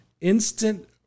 instant